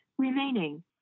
remaining